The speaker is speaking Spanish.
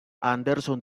anderson